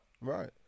right